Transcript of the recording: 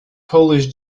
polish